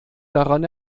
daran